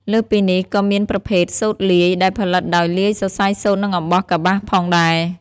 លើសពីនេះ ក៏មានប្រភេទ សូត្រលាយ ដែលផលិតដោយលាយសរសៃសូត្រនិងអំបោះកប្បាសផងដែរ។